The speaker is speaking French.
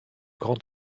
grands